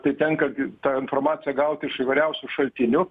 tai tenka gi tą informaciją gauti iš įvairiausių šaltinių